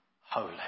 holy